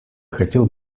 хотел